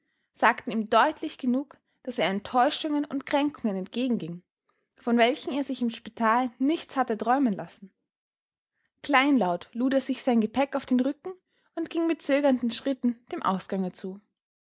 sagten ihm deutlich genug daß er enttäuschungen und kränkungen entgegenging von welchen er sich im spital nichts hatte träumen lassen kleinlaut lud er sich sein gepäck auf den rücken und ging mit zögernden schritten dem ausgange zu